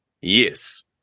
Yes